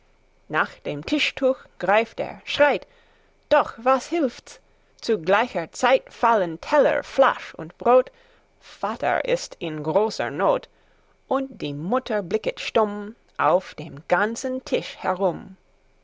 nach dem tischtuch greift er schreit doch was hilft's zu gleicher zeit fallen teller flasch und brot vater ist in großer not und die mutter blicket stumm auf dem ganzen tisch herum